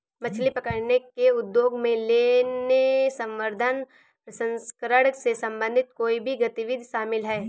मछली पकड़ने के उद्योग में लेने, संवर्धन, प्रसंस्करण से संबंधित कोई भी गतिविधि शामिल है